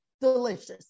delicious